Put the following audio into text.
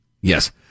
yes